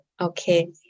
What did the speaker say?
Okay